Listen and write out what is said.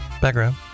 Background